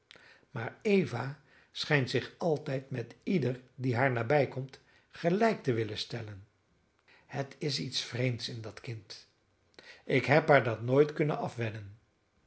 maar eva schijnt zich altijd met ieder die haar nabijkomt gelijk te willen stellen het is iets vreemds in dat kind ik heb haar dat nooit kunnen afwennen